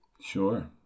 Sure